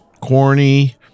corny